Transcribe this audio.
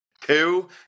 two